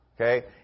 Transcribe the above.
okay